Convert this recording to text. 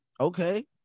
okay